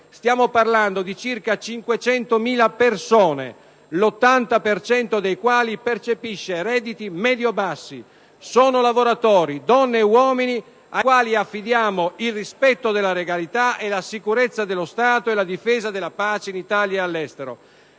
Stiamo parlando di circa 500.000 persone, l'80 per cento delle quali percepisce redditi medio-bassi. Sono lavoratori, donne e uomini, ai quali affidiamo il rispetto della legalità, la sicurezza dello Stato e la difesa della pace in Italia all'estero.